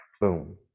Boom